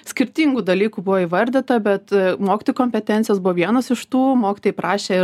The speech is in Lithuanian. skirtingų dalykų buvo įvardyta bet mokytojų kompetencijos buvo vienas iš tų mokytojai prašė ir